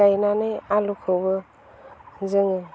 गायनानै आलुखौबो जों